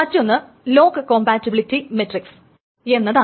മറ്റൊന്ന് lock compatibility matrix എന്നതാണ്